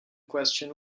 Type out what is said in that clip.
question